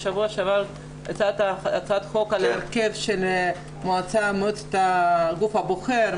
בשבוע שעבר הצעת הצעת חוק על הרכב של הגוף הבוחר,